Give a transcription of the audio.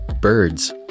Birds